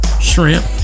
shrimp